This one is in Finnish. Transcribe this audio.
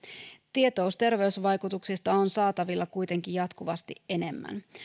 tietoutta terveysvaikutuksista on saatavilla kuitenkin jatkuvasti enemmän